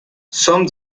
some